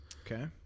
Okay